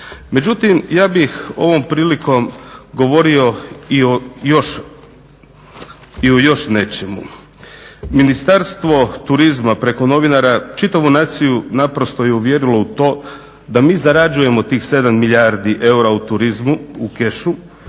Međutim ja bih ovom prilikom govorio i o još nečemu. Ministarstvo turizma preko novinara čitavu naciju naprosto je uvjerilo u to da mi zarađujemo tih 7 milijardi eura u turizmu u kešu.